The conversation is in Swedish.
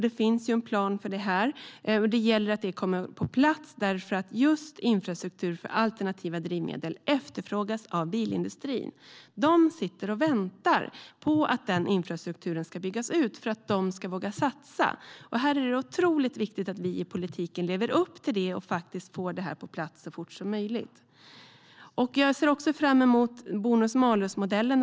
Det finns ju en plan för det, men det gäller att den kommer på plats eftersom just infrastruktur för alternativa drivmedel efterfrågas av bilindustrin. Den sitter och väntar på att den infrastrukturen ska byggas ut för att våga satsa. Det är otroligt viktigt att vi i politiken lever upp till det och får det på plats så fort som möjligt. Jag ser också fram emot bonus-malus-modellen.